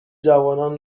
جوانان